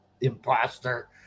Imposter